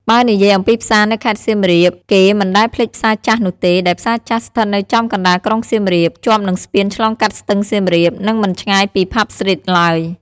បើនិយាយអំពីផ្សារនៅខេត្តសៀមរាបគេមិនដែលភ្លេចផ្សារចាស់នោះទេ ដែលផ្សារចាស់ស្ថិតនៅចំកណ្តាលក្រុងសៀមរាប ជាប់នឹងស្ពានឆ្លងកាត់ស្ទឹងសៀមរាប និងមិនឆ្ងាយពីផាប់ស្ទ្រីតឡើយ។